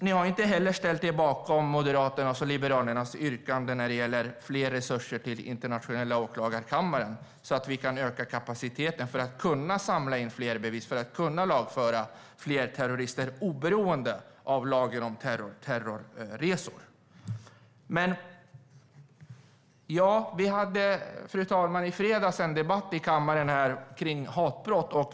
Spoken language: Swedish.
Ni har inte heller ställt er bakom Moderaternas och Liberalernas yrkande när det gäller fler resurser till den internationella åklagarkammaren, Torbjörn Björlund, så att vi kan öka kapaciteten för att kunna samla in fler bevis och lagföra fler terrorister oberoende av lagen om terrorresor. Fru talman! Förra fredagen hade vi en debatt här i kammaren om hatbrott.